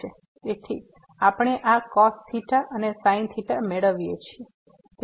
તેથી આપણે આ cos theta અને sin theta મેળવીએ છીએ